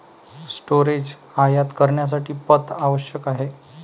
storage आयात करण्यासाठी पथ आवश्यक आहे